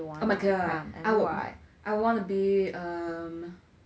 oh my god I would I wanna be um